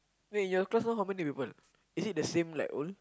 wait your class all how many people is it the same like old